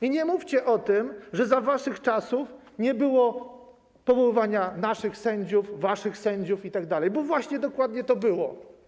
I nie mówcie o tym, że za waszych czasów nie było powoływania naszych sędziów, waszych sędziów itd., bo właśnie dokładnie tak było.